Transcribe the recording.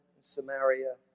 Samaria